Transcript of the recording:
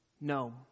no